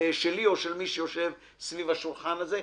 שלי או של מי שיושב סביב השולחן הזה,